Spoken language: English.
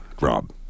Rob